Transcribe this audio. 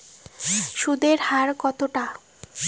সুদের হার কতটা?